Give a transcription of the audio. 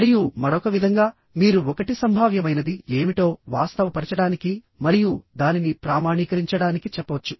మరియు మరొక విధంగా మీరు ఒకటి సంభావ్యమైనది ఏమిటో వాస్తవపరచడానికి మరియు దానిని ప్రామాణీకరించడానికి చెప్పవచ్చు